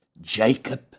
Jacob